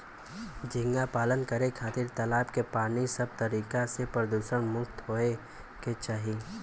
झींगा पालन करे खातिर तालाब के पानी सब तरीका से प्रदुषण मुक्त होये के चाही